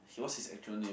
he what's his actual name